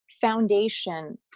foundation